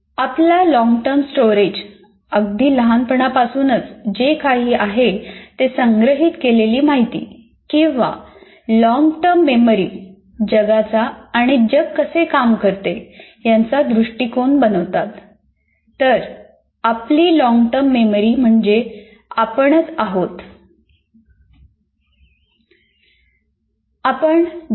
आपला long term storage किंवा long term memory जगाचा आणि जग कसे काम करते याचा दृष्टीकोन बनवतात तर आपली लॉन्गटर्म मेमरी म्हणजे आपणच आहोत